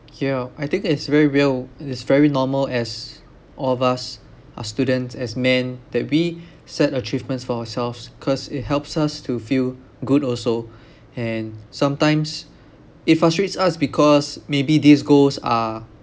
yeah I think it's very real it's very normal as all of us are students as men that we set achievements for ourselves cause it helps us to feel good also and sometimes it frustrates us because maybe these goals are